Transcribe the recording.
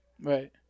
right